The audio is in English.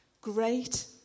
Great